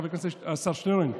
השר שטרן,